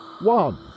One